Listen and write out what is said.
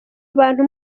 abantu